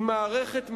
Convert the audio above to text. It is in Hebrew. היא מערכת מעוותת,